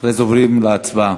אחרי זה עוברים להצבעה.